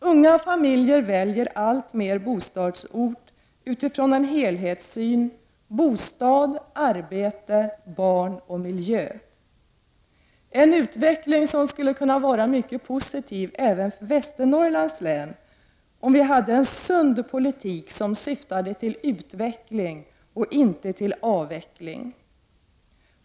Unga familjer väljer alltmer bostadsort utifrån en helhetssyn — bostad-arbete-barn-miljö, en utveckling som skulle kunna vara mycket positiv även för Västernorrlands län om vi hade en sund politik, som syftade till utveckling och inte till avveckling.